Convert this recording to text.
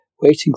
waiting